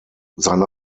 seine